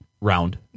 Round